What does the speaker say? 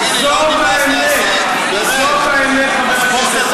זאת האמת, זאת האמת לאמיתה.